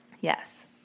Yes